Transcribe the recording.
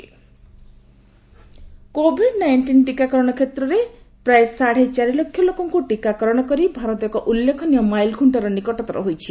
Covid status covid nineteen ଟିକାକରଣ କ୍ଷେତ୍ରରେ ପ୍ରାୟ ସାଢ଼େ ଚାରି ଲକ୍ଷ ଲୋକଙ୍କ ଟିକାକରଣ କରି ଭାରତ ଏକ ଉଲ୍େଖନୀୟ ମାଇଲ୍ଖ୍ରଷ୍ଟର ନିକଟତର ହୋଇଛି